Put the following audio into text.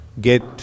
get